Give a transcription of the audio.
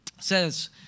says